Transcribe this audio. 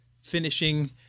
finishing